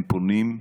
הם פונים.